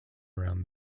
around